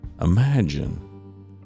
Imagine